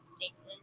states